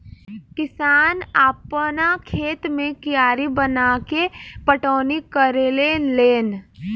किसान आपना खेत मे कियारी बनाके पटौनी करेले लेन